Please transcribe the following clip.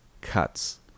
cuts